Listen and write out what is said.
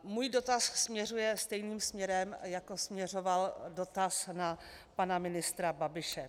Můj dotaz směřuje stejným směrem, jako směřoval dotaz na pana ministra Babiše.